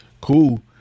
Cool